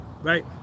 right